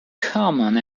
common